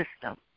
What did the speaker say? system